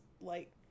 like-